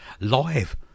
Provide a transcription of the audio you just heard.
live